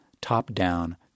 top-down